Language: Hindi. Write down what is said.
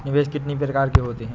निवेश कितनी प्रकार के होते हैं?